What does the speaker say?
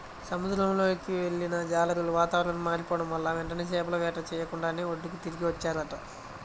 సముద్రంలోకి వెళ్ళిన జాలర్లు వాతావరణం మారిపోడం వల్ల వెంటనే చేపల వేట చెయ్యకుండానే ఒడ్డుకి తిరిగి వచ్చేశారంట